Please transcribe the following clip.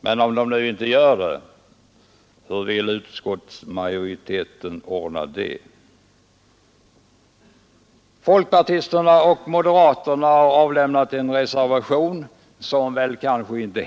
Men om de nu inte gör det, hur vill utskottsmajoriteten ordna det då? Folkpartisterna och moderaterna har avgivit en reservation till utskottets betänkande.